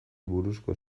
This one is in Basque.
buruzko